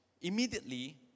Immediately